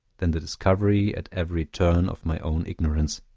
than the discovery at every turn of my own ignorance.